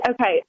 Okay